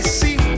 see